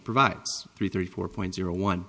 provides three three four point zero one